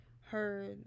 heard